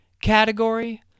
category